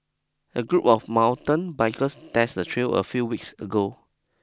a group of mountain bikers tested the trail a few weeks ago